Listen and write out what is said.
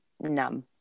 numb